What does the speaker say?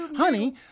Honey